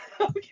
Okay